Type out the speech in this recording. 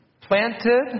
planted